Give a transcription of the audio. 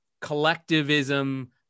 collectivism